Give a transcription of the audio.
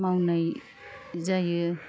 मावनाय जायो